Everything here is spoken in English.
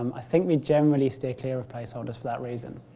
um i think we generally steer clear of place holders for that reason.